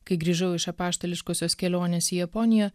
kai grįžau iš apaštališkosios kelionės į japoniją